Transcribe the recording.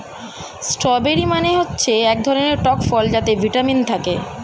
strawberry মানে হচ্ছে এক ধরনের টক ফল যাতে ভিটামিন থাকে